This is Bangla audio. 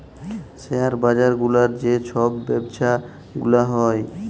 শেয়ার বাজার গুলার যে ছব ব্যবছা গুলা হ্যয়